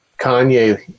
Kanye